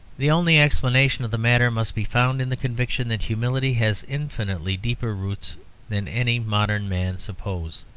the only explanation of the matter must be found in the conviction that humility has infinitely deeper roots than any modern men suppose